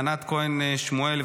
ענת כהן שמואל,